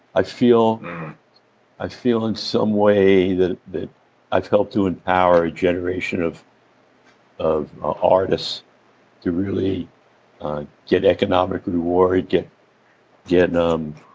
i feel i feel in some way that that i've helped to empower a generation of of artists to really get economic reward get get um